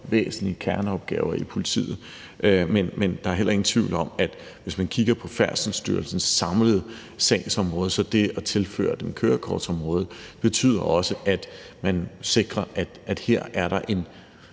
væsentlige kerneopgaver i politiet, men der er heller ingen tvivl om, at hvis man kigger på Færdselsstyrelsens samlede sagsområde, så betyder det, at man tilfører styrelsen kørekortområdet, at man sikrer, at det bliver en